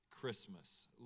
Christmas